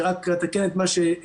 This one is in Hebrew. אני רק אתקן את מה שהבנתי,